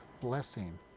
blessing